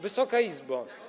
Wysoka Izbo!